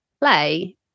play